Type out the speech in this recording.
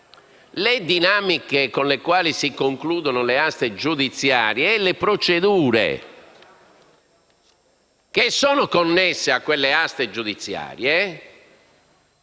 Le dinamiche con le quali si concludono le aste giudiziarie e le procedure connesse a quelle aste giudiziarie